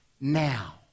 now